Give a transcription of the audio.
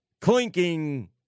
clinking